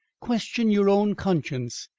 question your own conscience.